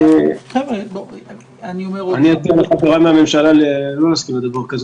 לגבי הכנסת, לא לגבי הטקס לזכרו.